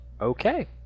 Okay